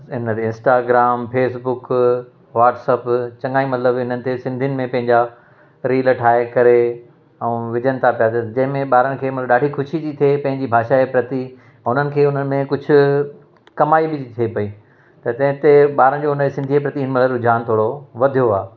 इन ते Instagram Facebook WhatsApp चङा ई मतिलबु इननि सिंधियुनि में पंहिंजा रील ठाहे करे ऐं विझनि था पिया जंहिंमें ॿारनि खे मतिलबु ॾाढी खुशी थी थिए पंहिंजी भाषा ए प्रति हुनखे उन्हनि में कुझु कमाई बि थी थिए पई त तंहिंते ॿारनि जो हुनजे सिंधीअ जे प्रति हिनमहिल रुझान थोरो वधियो आहे